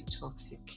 toxic